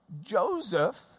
Joseph